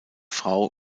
frau